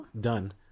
done